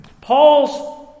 Paul's